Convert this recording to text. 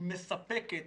היא מספקת.